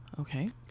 Okay